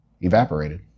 evaporated